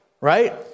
right